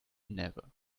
never